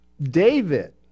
David